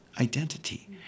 identity